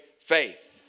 faith